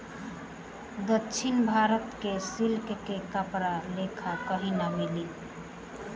दक्षिण भारत के सिल्क के कपड़ा लेखा कही ना मिले